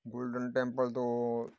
golden Temple ਤੋਂ